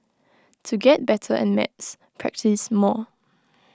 to get better at maths practise more